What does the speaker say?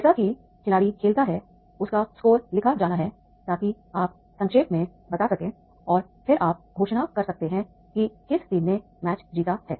जैसा कि खिलाड़ी खेलता है उसका स्कोर लिखा जाना है ताकि आप संक्षेप में बता सकें और फिर आप घोषणा कर सकते हैं कि किस टीम ने मैच जीता है